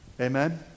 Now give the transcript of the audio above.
Amen